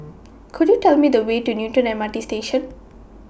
Could YOU Tell Me The Way to Newton M R T Station